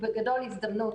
הזדמנות.